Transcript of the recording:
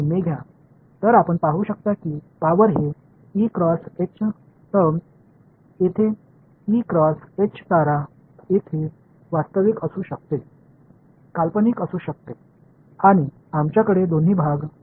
எனவே இது சக்தி என்பதை E கிராஸ் H வெளிப்பாட்டின் சக்தி E கிராஸ் H ஸ்டார் உண்மையானதாக நீங்கள் கற்பனை செய்ததாக இருக்க முடியும் மேலும் இரு பகுதிகளையும் சிக்கலான எண்ணாக வைத்திருப்போம்